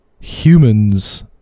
humans